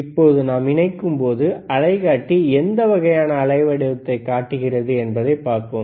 இப்போது நாம் இணைக்கும்போது அலைக்காட்டி எந்த வகையான அலைவடிவத்தைக் காட்டுகிறது என்பதைப் பார்ப்போம்